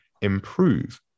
improve